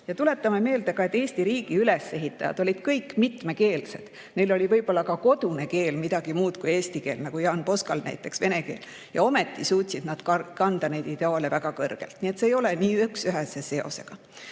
Tuletame ka meelde, et Eesti riigi ülesehitajad olid kõik mitmekeelsed. Neil oli võib-olla ka kodune keel midagi muud kui eesti keel, nagu Jaan Poskal näiteks vene keel, ja ometi suutsid nad kanda neid ideaale väga kõrgelt. Nii et see ei ole nii üksühese seosega.